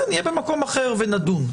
נהיה במקום אחר ונדון.